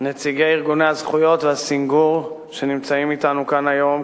נציגי ארגוני הזכויות והסנגור שנמצאים אתנו כאן היום,